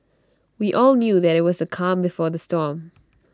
we all knew that IT was the calm before the storm